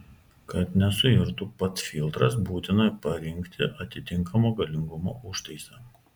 kad nesuirtų pats filtras būtina parinkti atitinkamo galingumo užtaisą